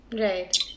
Right